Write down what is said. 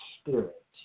Spirit